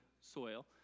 soil